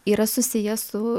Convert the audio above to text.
yra susiję su